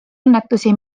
õnnetusi